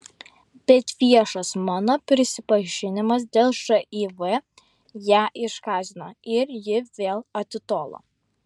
bet viešas mano prisipažinimas dėl živ ją išgąsdino ir ji vėl atitolo